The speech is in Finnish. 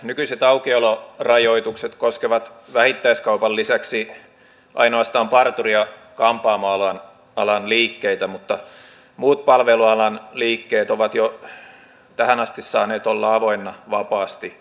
nykyiset aukiolorajoitukset koskevat vähittäiskaupan lisäksi ainoastaan parturi ja kampaamoalan liikkeitä mutta muut palvelualan liikkeet ovat jo tähän asti saaneet olla avoinna vapaasti